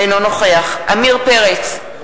אינו נוכח עמיר פרץ,